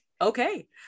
okay